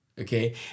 Okay